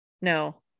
no